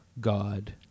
God